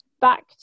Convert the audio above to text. back